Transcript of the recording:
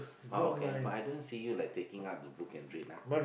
oh okay but I don't see you like taking out the book and read ah